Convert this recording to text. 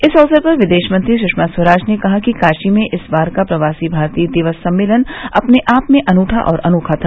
इस अवसर विदेश मंत्री सुषमा स्वराज ने कहा कि काशी में इस बार का प्रवासी भारतीय दिवस सम्मेलन अपने आप में अनूठा और अनोखा था